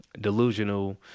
delusional